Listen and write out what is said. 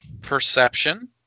Perception